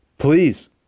Please